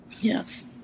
Yes